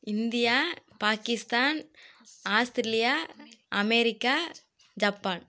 India Pakistan Australia America Japan